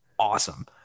Awesome